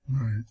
Right